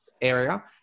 area